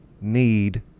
need